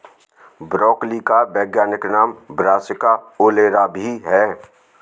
broccoli का वैज्ञानिक नाम ब्रासिका ओलेरा भी है